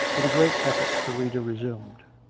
with a great effort the reader resumed